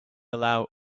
allow